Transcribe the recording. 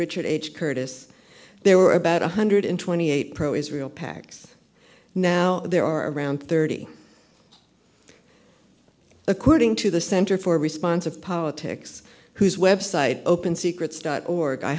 richard h curtis there were about one hundred twenty eight pro israel pacs now there are around thirty according to the center for responsive politics whose website open secrets dot org i